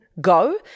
go